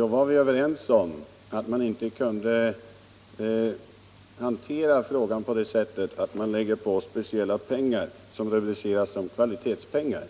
Då var vi överens om att man inte kunde hantera detta så att man lägger på speciella pengar som rubriceras som kvalitetspengar.